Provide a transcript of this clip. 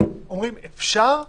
אומרים שאפשר אבל.